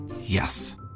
Yes